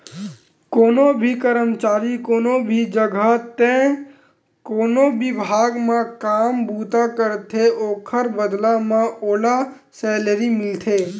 कोनो भी करमचारी कोनो भी जघा ते कोनो बिभाग म काम बूता करथे ओखर बदला म ओला सैलरी मिलथे